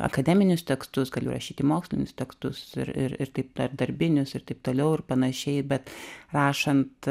akademinius tekstus galiu rašyti mokslinius tekstus ir ir ir taip darbinius ir taip toliau ir panašiai bet rašant